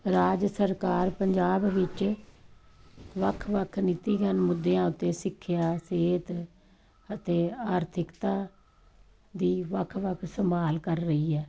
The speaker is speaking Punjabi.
ਰਾਜ ਸਰਕਾਰ ਪੰਜਾਬ ਵਿੱਚ ਵੱਖ ਵੱਖ ਨੀਤੀਵਾਨ ਮੁੱਦਿਆਂ ਉੱਤੇ ਸਿੱਖਿਆ ਸਿਹਤ ਅਤੇ ਆਰਥਿਕਤਾ ਦੀ ਵੱਖ ਵੱਖ ਸੰਭਾਲ ਕਰ ਰਹੀ ਹੈ